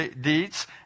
deeds